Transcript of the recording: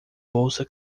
bolsa